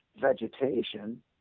vegetation